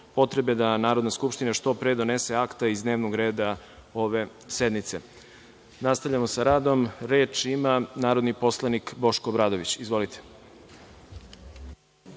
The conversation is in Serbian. potrebe da Narodna skupština što pre donese akta iz dnevnog reda ove sednice. Nastavljamo sa radom. Reč ima narodni poslanik Boško Obradović. **Boško